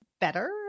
better